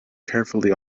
carefully